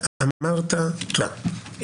אמרת, תודה.